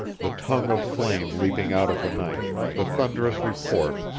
the tongue of flame leaping out of the night, the thunderous report,